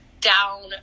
down